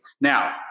now